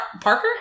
Parker